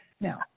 Now